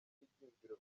n’ibyiyumviro